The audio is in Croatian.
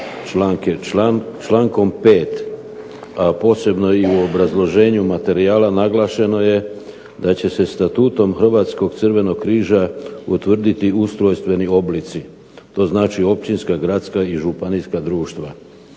Člankom 5., a posebno i u obrazloženju materijala naglašeno je da će se Statutom Hrvatskog Crvenog križa utvrditi ustrojstveni oblici, to znači općinska, gradska i županijska društva.